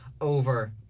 over